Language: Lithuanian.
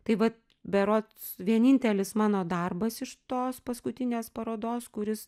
tai vat berods vienintelis mano darbas iš tos paskutinės parodos kuris